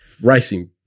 racing